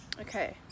Okay